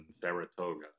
Saratoga